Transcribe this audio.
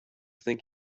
think